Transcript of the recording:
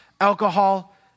alcohol